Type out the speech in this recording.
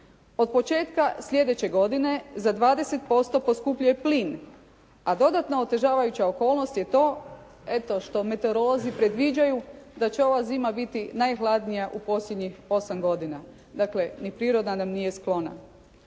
Od početka sljedeće godine za 20% poskupljuje plin, a dodatno otežavajuća okolnost je to eto što meteorolozi predviđaju da će ova zima biti najhladnija u posljednjih 8 godina. Dakle, ni priroda nam nije sklona.